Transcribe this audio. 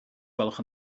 gwelwch